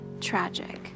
Tragic